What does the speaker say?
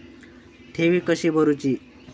ठेवी कशी भरूची?